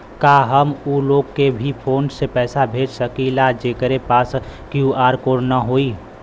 का हम ऊ लोग के भी फोन से पैसा भेज सकीला जेकरे पास क्यू.आर कोड न होई?